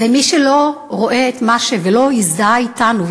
ומי שלא רואה ולא הזדהה אתנו,